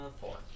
four